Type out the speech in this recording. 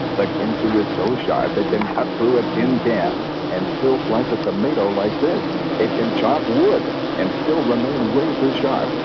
the ginsu with so sharp it but can cut through a tin can and still slice a tomato like this it can chop wood and still remain razor sharp.